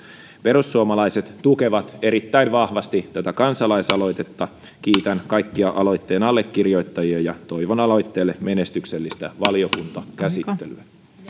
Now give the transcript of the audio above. perussuomalaiset tukevat erittäin vahvasti tätä kansalaisaloitetta kiitän kaikkia aloitteen allekirjoittajia ja toivon aloitteelle menestyksellistä valiokuntakäsittelyä